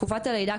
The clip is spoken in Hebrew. תקופת הלידה,